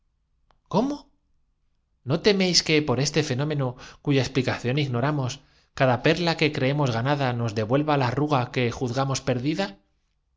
relojes no teméis que por este fenómeno cuya explica ción ignoramos cada perla que creemos ganada nos i maldición dijo al consultar el cronómetro del devuelva la arruga que juzgamos perdida